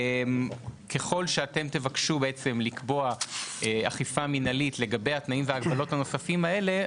ככל שאתם תבקשו לקבוע אכיפה מנהלית לגבי התנאים וההגבלות הנוספים האלה,